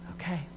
Okay